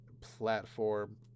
platform